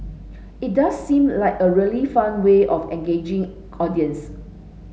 it does seem like a really fun way of engaging audiences